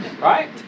Right